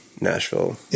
Nashville